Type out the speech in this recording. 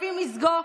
לפי מזגו".